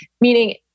Meaning